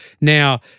Now